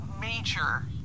major